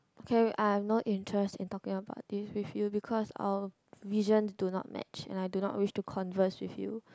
K I have no interest in talking about this with you because our visions do not match and I do not wish to converse with you